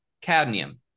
cadmium